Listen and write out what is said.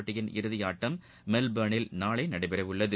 போட்டியின் இறுதி ஆட்டம் மெல்போர்னில் நாளை நடைபெற உள்ளது